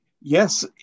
yes